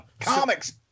Comics